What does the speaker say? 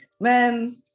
man